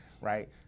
right